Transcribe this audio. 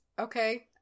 Okay